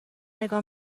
نگاه